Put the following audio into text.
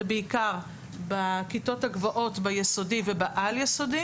זה בעיקר בכיתות הגבוהות ביסודי ובעל יסודי,